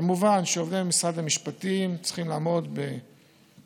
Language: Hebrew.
כמובן שעובדי משרד המשפטים צריכים לעמוד במחויבות,